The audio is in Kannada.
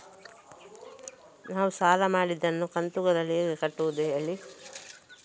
ನಾವು ಸಾಲ ಮಾಡಿದನ್ನು ಕಂತುಗಳಲ್ಲಿ ಹೇಗೆ ಕಟ್ಟುದು ಹೇಳಿ